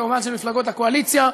וכמובן של מפלגות הקואליציה,